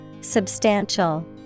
Substantial